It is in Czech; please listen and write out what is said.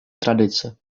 tradice